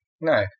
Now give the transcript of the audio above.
no